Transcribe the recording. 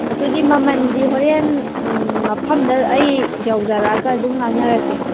ꯑꯗꯨꯗꯤ ꯃꯃꯜꯗꯤ ꯍꯣꯔꯦꯟ ꯃꯐꯝꯗ ꯑꯩ ꯌꯧꯖꯔꯛꯑꯒꯦ ꯑꯗꯨꯝ ꯉꯥꯡꯅꯔꯁꯤ